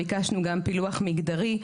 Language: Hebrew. ביקשנו גם פילוח מגדרי.